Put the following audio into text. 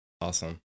Awesome